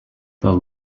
the